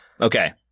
Okay